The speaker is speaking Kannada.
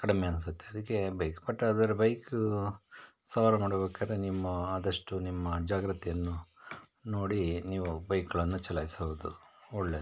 ಕಡಿಮೆ ಅನ್ನಿಸುತ್ತೆ ಅದಕ್ಕೆ ಇರಬೇಕು ಬಟ್ ಆದರೆ ಬೈಕ್ ಸವಾರಿ ಮಾಡಬೇಕಾದ್ರೆ ನಿಮ್ಮ ಆದಷ್ಟು ನಿಮ್ಮ ಜಾಗ್ರತೆಯನ್ನು ನೋಡಿ ನೀವು ಬೈಕ್ಗಳನ್ನು ಚಲಾಯಿಸೋದು ಒಳ್ಳೆಯದು